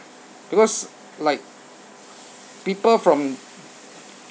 because like people from